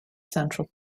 central